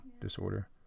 disorder